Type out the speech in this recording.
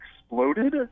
exploded